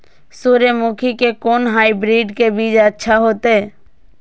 सूर्यमुखी के कोन हाइब्रिड के बीज अच्छा होते?